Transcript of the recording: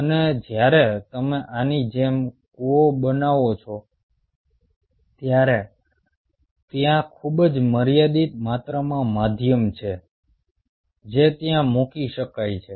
અને જ્યારે તમે આની જેમ કૂવો બનાવો છો ત્યારે ત્યાં ખૂબ જ મર્યાદિત માત્રામાં માધ્યમ છે જે ત્યાં મૂકી શકાય છે